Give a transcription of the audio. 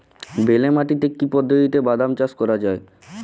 বেলে মাটিতে কি পদ্ধতিতে বাদাম চাষ করা যায়?